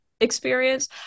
experience